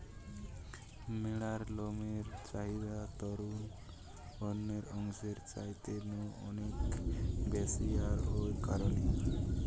ম্যাড়ার লমের চাহিদা তারুর অন্যান্য অংশের চাইতে নু অনেক বেশি আর ঔ কারণেই